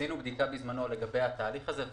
עשינו בדיקה בזמנו לגבי התהליך הזה,